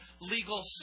legal